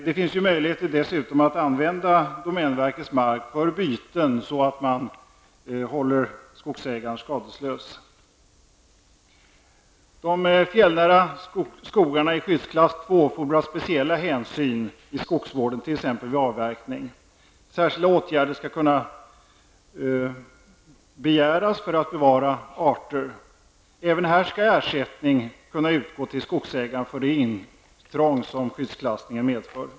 Det finns möjligheter att dessutom använda domänverkets mark för byten så att man håller skogsägaren skadeslös. De fjällnära skogarna i skyddsklass 2 fordrar speciella hänsyn i skogsvården, t.ex. vid avverkning. Särskilda åtgärder skall kunna begäras för att man skall kunna bevara arter. Även här skall ersättning kunna utgå till skogsägaren för det intrång skyddsklassningen medför.